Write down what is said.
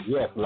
Yes